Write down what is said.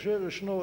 וכאשר יש אבל